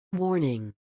Warning